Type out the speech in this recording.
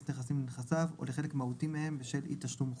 נכסים לנכסיו או לחלק מהותי מהם בשל אי תשלום חוב.